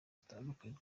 zitandukanye